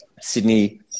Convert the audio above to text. Sydney